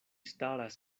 staras